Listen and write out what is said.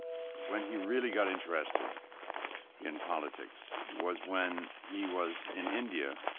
when he really got interested in politics was when he was in india